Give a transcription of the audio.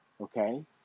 Okay